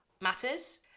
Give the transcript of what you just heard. matters